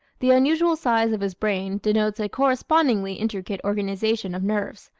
the unusual size of his brain denotes a correspondingly intricate organization of nerves,